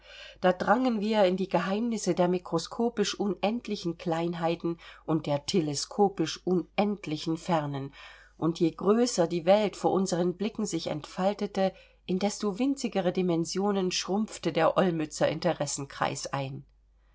da drangen wir in die geheimnisse der mikroskopisch unendlichen kleinheiten und der teleskopisch unendlichen fernen und je größer die welt vor unseren blicken sich entfaltete in desto winzigere dimensionen schrumpfte der olmützer interessenkreis ein